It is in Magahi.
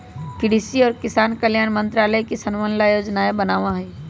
कृषि और किसान कल्याण मंत्रालय किसनवन ला योजनाएं बनावा हई